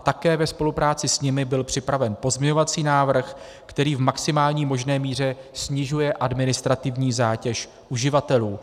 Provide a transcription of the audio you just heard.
Také ve spolupráci s nimi byl připraven pozměňovací návrh, který v maximální možné míře snižuje administrativní zátěž uživatelů.